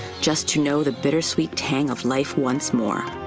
just to know the bittersweet tang of life once more.